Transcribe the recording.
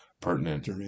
pertinent